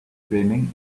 screaming